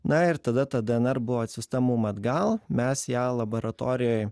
na ir tada ta dnr buvo atsiųsta mum atgal mes ją laboratorijoj